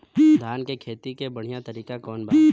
धान के खेती के बढ़ियां तरीका कवन बा?